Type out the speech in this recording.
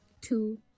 two